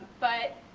but